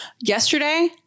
Yesterday